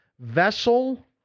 vessel